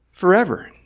forever